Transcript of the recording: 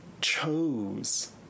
chose